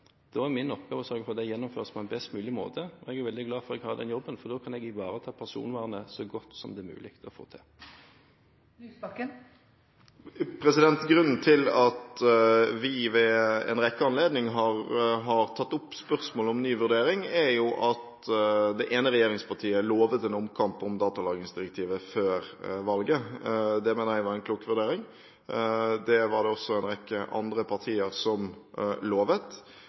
Da er min oppgave å sørge for at det gjennomføres på en best mulig måte. Jeg er veldig glad for at jeg har denne jobben, for da kan jeg ivareta personvernet så godt som det er mulig å få til. Grunnen til at vi ved en rekke anledninger har tatt opp spørsmålet om ny vurdering, er at det ene regjeringspartiet før valget lovet en omkamp om datalagringsdirektivet. Det mener jeg var en klok vurdering. Det var det også en rekke andre partier som lovet.